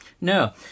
No